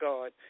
God